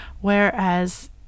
Whereas